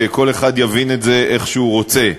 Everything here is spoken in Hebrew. וכל אחד יבין את זה איך שהוא רוצה.